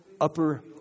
upper